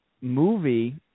movie